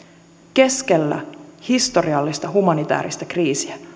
keskellä historiallista humanitääristä kriisiä